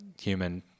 human